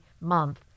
month